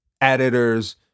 editors